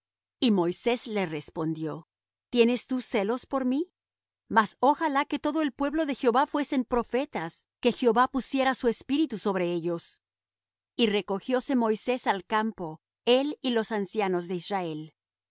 y moisés le respondió tienes tú celos por mí mas ojalá que todo el pueblo de jehová fuesen profetas que jehová pusiera su espíritu sobre ellos y recogióse moisés al campo él y los ancianos de israel